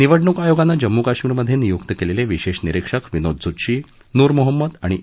निवडणुक आयोगानं जम्मू काश्मीरमध्ये नियुक्त केलेले विशेष निरीक्षक विनोद झुत्शी नूर मोहम्मद आणि ए